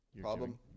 Problem